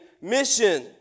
mission